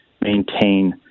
maintain